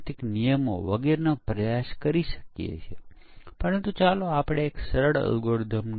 module 1 માં module 3 કરતાં વધુ બગ છે પરંતુ મોડ્યુલ 6 માં સૌથી વધુ ભૂલો છે